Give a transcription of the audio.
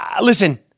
Listen